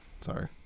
Sorry